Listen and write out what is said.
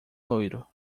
loiro